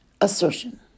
assertion